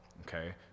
okay